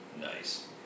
Nice